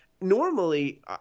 Normally